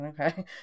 Okay